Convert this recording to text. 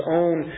own